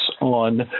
on